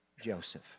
Joseph